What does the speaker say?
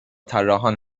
طراحان